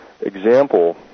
example